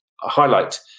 highlight